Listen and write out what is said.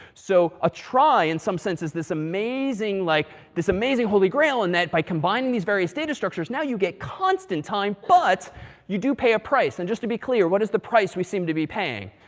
so a trie in some sense is this amazing like this amazing holy grail in that, by combining these various data structures, now you get constant time, but you do pay a price. and just to be clear, what is the price we seem to be paying?